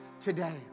today